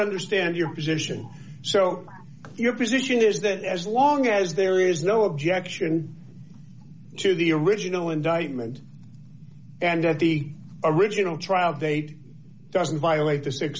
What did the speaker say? understand your position your position is that as long as there is no objection to the original indictment and that the original trial date doesn't violate the